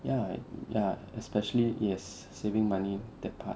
ya ya especially yes saving money that part